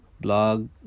blog